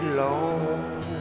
long